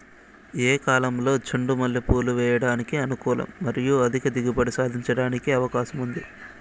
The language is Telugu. ఏ కాలంలో చెండు మల్లె పూలు వేయడానికి అనుకూలం మరియు అధిక దిగుబడి సాధించడానికి అవకాశం ఉంది?